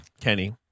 Kenny